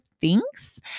thinks